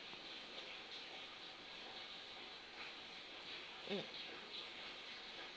mm